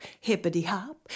hippity-hop